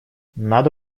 надо